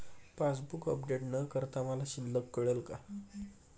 Passbook update न करता मला शिल्लक कळेल का?